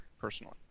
personally